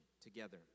Together